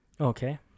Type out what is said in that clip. okay